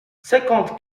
cinquante